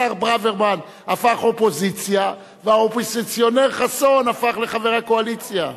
השר ברוורמן הפך אופוזיציה והאופוזיציונר חסון הפך לחבר הקואליציה,